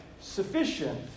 sufficient